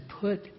put